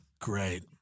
Great